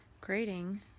creating